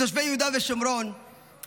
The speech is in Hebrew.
את תושבי יהודה ושומרון הגיבורים,